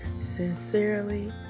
Sincerely